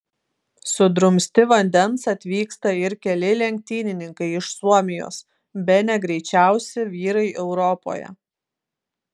sudrumsti vandens atvyksta ir keli lenktynininkai iš suomijos bene greičiausi vyrai europoje